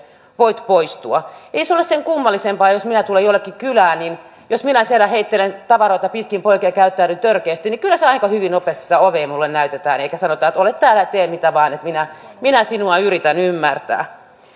voit poistua ei se ole sen kummallisempaa kuin että jos minä tulen jollekin kylään niin jos minä siellä heittelen tavaroita pitkin poikin ja käyttäydyn törkeästi niin kyllä siellä aika nopeasti sitä ovea minulle näytetään eikä sanota että ole täällä ja tee mitä vain että minä minä sinua yritän ymmärtää